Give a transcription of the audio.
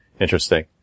Interesting